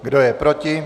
Kdo je proti?